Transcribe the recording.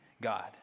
God